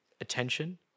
attention